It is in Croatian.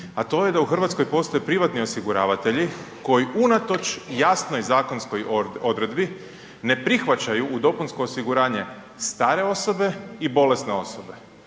a to je da u RH postoje privatni osiguravatelji koji unatoč jasnoj zakonskoj odredbi ne prihvaćaju u dopunsko osiguranje stare osobe i bolesne osobe,